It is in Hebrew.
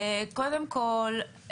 קודם כול,